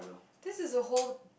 this is a whole